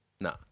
No